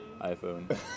iPhone